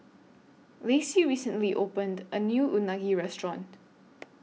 Lacey recently opened A New Unagi Restaurant